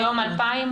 היום 2,000?